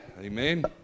Amen